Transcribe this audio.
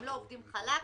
הם לא עובדים חלק,